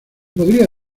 podría